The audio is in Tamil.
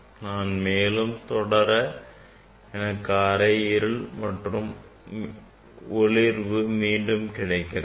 நான் மேலும் தொடர எனக்கு அரை இருள் மற்றும் அரை ஒளிர்வு மீண்டும் கிடைக்கிறது